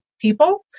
people